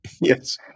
Yes